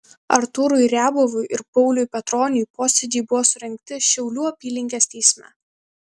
artūrui riabovui ir pauliui petroniui posėdžiai buvo surengti šiaulių apylinkės teisme